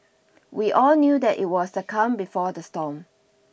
we all knew that it was the calm before the storm